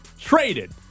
traded